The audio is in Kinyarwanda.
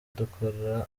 dukora